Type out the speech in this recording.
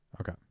Okay